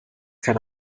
keine